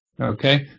okay